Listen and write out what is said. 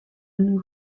nos